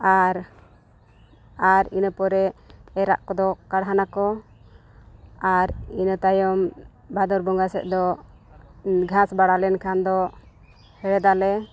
ᱟᱨ ᱟᱨ ᱤᱱᱟᱹ ᱯᱚᱨᱮ ᱮᱨᱟᱜ ᱠᱚᱫᱚ ᱠᱟᱰᱷᱟᱱᱟᱠᱚ ᱟᱨ ᱤᱱᱟᱹ ᱛᱟᱭᱚᱢ ᱵᱷᱟᱫᱚᱨ ᱵᱚᱸᱜᱟ ᱥᱮᱫ ᱫᱚ ᱜᱷᱟᱸᱥ ᱵᱟᱲᱟ ᱞᱮᱱᱠᱷᱟᱱ ᱫᱚ ᱦᱮᱲᱮᱫᱟᱞᱮ